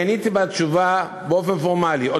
אני עניתי תשובה פורמלית.